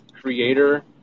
creator